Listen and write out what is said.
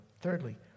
Thirdly